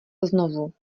znovu